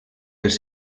els